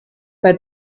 bei